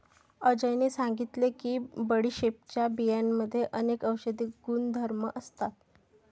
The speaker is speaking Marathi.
अजयने सांगितले की बडीशेपच्या बियांमध्ये अनेक औषधी गुणधर्म असतात